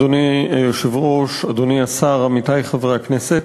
אדוני היושב-ראש, אדוני השר, עמיתי חברי הכנסת,